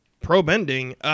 pro-bending